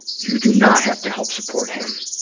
you do not have to help support him.